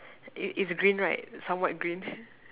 it it's green right somewhat green